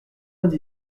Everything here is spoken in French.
vingt